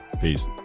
peace